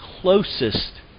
closest